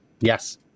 Yes